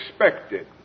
expected